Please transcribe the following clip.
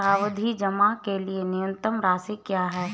सावधि जमा के लिए न्यूनतम राशि क्या है?